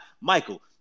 Michael